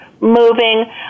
Moving